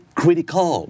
critical